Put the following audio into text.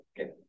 Okay